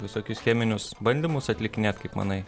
visokius cheminius bandymus atlikinėt kaip manai